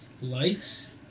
Lights